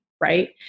right